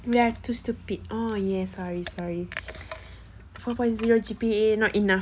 we're too stupid orh yes sorry sorry four point zero G_P_A not enough